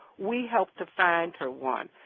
we help to find her one.